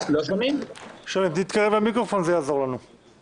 יש פה הצעה להארכה נוספת של הרישיונות וההיתרים